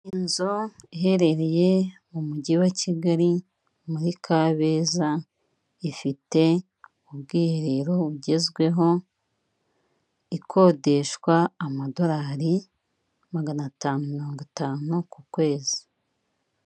Inzu iherereye mu mujyi wa Kigali muri Kabeza, ifite ubwiherero bugezweho, ikodeshwa amadorari magana atanu mirongo itanu ku kwezi.